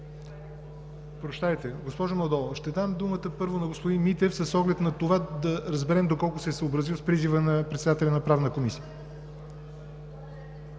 Митев.) Госпожо Манолова, ще дам първо думата на господин Митев с оглед на това да разберем доколко се е съобразил с призива на председателя на Правната комисия.